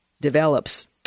develops